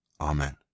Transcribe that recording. Amen